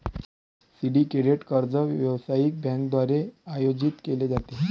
syndicated कर्ज व्यावसायिक बँकांद्वारे आयोजित केले जाते